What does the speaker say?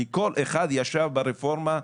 כי כל אחד ישב ברפורמה,